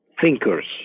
thinkers